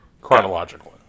Chronologically